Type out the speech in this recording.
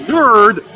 Nerd